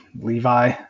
Levi